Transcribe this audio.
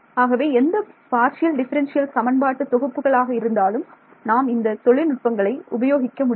ஆகவே எந்த partial differential சமன்பாடு தொகுப்புகளாக இருந்தாலும் நாம் இந்த தொழில்நுட்பங்களை உபயோகிக்க முடியும்